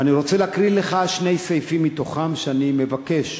ואני רוצה להקריא לך שני סעיפים מתוכה, ואני מבקש,